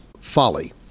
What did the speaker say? folly